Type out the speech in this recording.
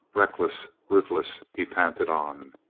reckless, ruthless, he panted on.